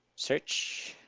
search